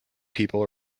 people